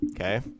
Okay